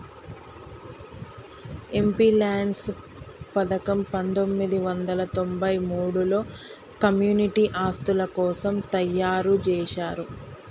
MPLADS పథకం పందొమ్మిది వందల తొంబై మూడులో కమ్యూనిటీ ఆస్తుల కోసం తయ్యారుజేశారు